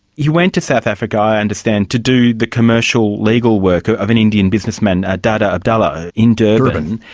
he went to south africa, i understand, to do the commercial legal work of an indian businessman adata abdullah in durban,